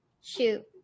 Shoot